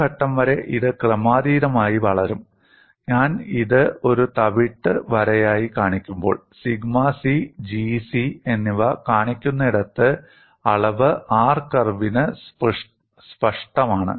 ഒരു ഘട്ടം വരെ ഇത് ക്രമാതീതമായി വളരും ഞാൻ ഇത് ഒരു തവിട്ട് വരയായി കാണിക്കുമ്പോൾ സിഗ്മ c Gc എന്നിവ കാണിക്കുന്നിടത്ത് വളവ് R കർവിന് സ്പഷ്ടമാണ്